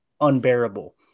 unbearable